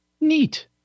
Neat